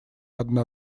одна